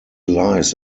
lies